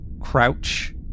Crouch